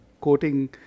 quoting